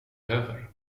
över